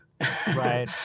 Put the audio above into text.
right